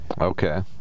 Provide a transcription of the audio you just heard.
Okay